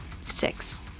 Six